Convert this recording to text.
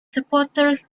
supporters